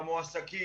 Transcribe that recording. למועסקים,